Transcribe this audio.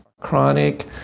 Chronic